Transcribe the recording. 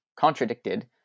contradicted